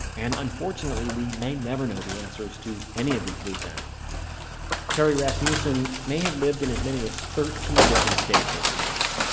and unfortunately, we may never know the answers to any of these loose ends terry rasmussen may have lived in as many as thirteen different states over the years.